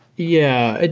yeah.